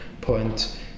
point